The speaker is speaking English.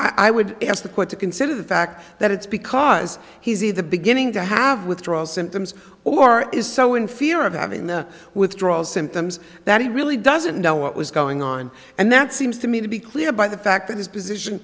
i would ask the court to consider the fact that it's because he the beginning to have withdrawal symptoms or is so in fear of having the withdrawal symptoms that he really doesn't know what was going on and that seems to me to be clear by the fact that his position